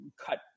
cut